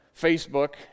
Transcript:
Facebook